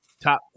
top